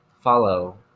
follow